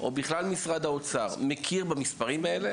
או בכלל משרד האוצר, מכיר במספרים האלה?